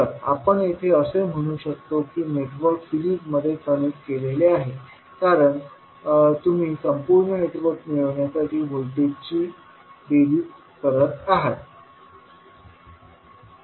तर आपण येथे असे म्हणू शकतो की नेटवर्क सीरिजमध्ये कनेक्ट केलेले आहे कारण तुम्ही संपूर्ण नेटवर्क मिळविण्यासाठी व्होल्टेजेसची बेरीज करत आहात